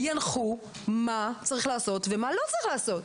ינחו מה צריך לעשות ומה לא צריך לעשות.